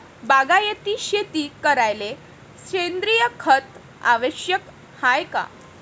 बागायती शेती करायले सेंद्रिय खत आवश्यक हाये का?